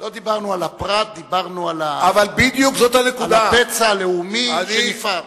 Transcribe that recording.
לא דיברנו על הפרט, דיברנו על הפצע הלאומי שנפער.